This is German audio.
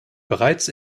bereits